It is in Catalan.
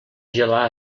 gelar